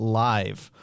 live